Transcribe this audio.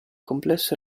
complesso